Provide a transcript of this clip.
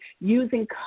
using